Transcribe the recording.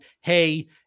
Hey